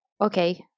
Okay